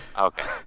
Okay